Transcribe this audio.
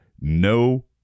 no